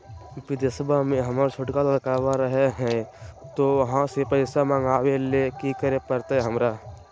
बिदेशवा में हमर छोटका लडकवा रहे हय तो वहाँ से पैसा मगाबे ले कि करे परते हमरा?